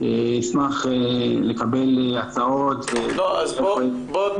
אשמח לקבל הצעות -- בוא,